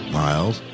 miles